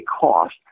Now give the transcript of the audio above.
cost